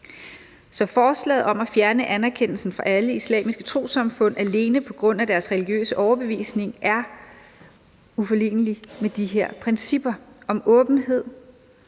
Så forslaget om at fjerne anerkendelsen fra alle islamiske trossamfund alene på grund af deres religiøse overbevisning er uforenelig med de her principper om åbenhed,